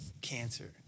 cancer